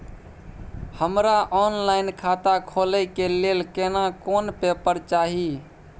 हमरा ऑनलाइन खाता खोले के लेल केना कोन पेपर चाही?